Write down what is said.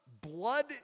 blood